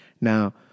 Now